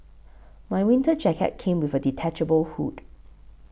my winter jacket came with a detachable hood